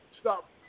stop